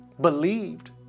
believed